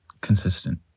consistent